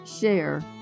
Share